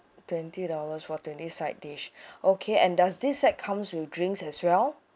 twenty dollars for twenty side dishes okay and does this set comes with drinks as well